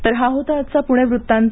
तर हा होता आजचा पुणे व्त्तांत